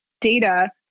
data